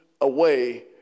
away